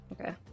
Okay